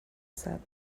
said